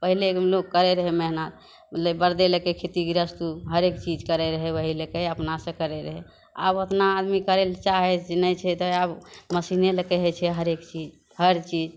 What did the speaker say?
पहिलेके लोक करै रहै मेहनत लए बड़दे लेके खेती गृहस्त हरेक चीज करै रहै ओहि लएके अपना सँ करै रहै आब ओतना आदमी करैलए चाहै जे नहि छै मशीने लेके होइ छै हरेक चीज हरचीज